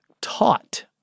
taught